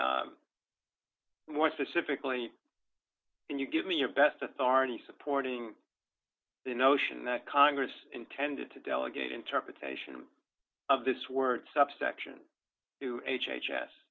more specifically and you give me your best authority supporting the notion that congress intended to delegate interpretation of this word subsection to h